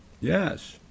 Yes